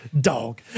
Dog